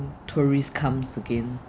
tourists comes again